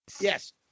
Yes